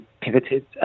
pivoted